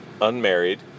unmarried